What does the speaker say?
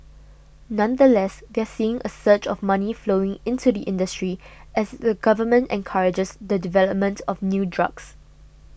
nonetheless they're seeing a surge of money flowing into the industry as the government encourages the development of new drugs